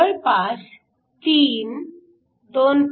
जवळपास 3 2